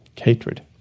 hatred